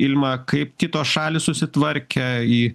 ilma kaip kitos šalys susitvarkė į